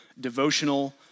devotional